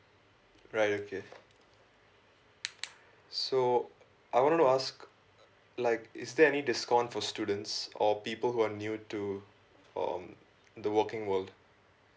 right okay so I want to ask like is there any discount for students or people who are new to um the working world